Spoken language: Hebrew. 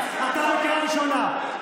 אתה בקריאה ראשונה.